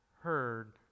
heard